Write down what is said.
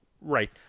Right